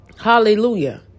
Hallelujah